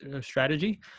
strategy